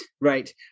right